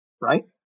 right